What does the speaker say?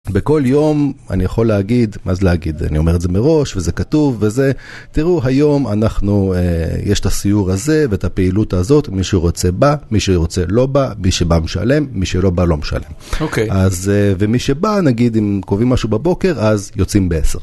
בכל יום אני יכול להגיד, מה זה להגיד, אני אומר את זה מראש, וזה כתוב, וזה, תראו, היום אנחנו, יש את הסיור הזה, ואת הפעילות הזאת, מי שרוצה בא, מי שרוצה לא בא, מי שבא משלם, מי שלא בא לא משלם. אוקיי. אז, ומי שבא, נגיד, אם קובעים משהו בבוקר, אז יוצאים בעשר.